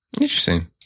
Interesting